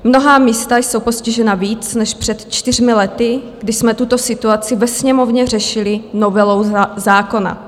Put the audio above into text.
Mnohá místa jsou postižená víc než před čtyřmi lety, kdy jsme tuto situaci ve Sněmovně řešili novelou zákona.